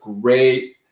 great